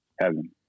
heaven